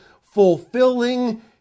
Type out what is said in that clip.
Fulfilling